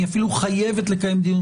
היא אפילו חייבת לקיים דיון.